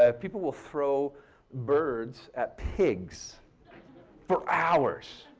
ah people will throw birds at pigs for hours.